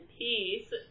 peace